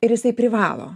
ir jisai privalo